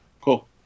Cool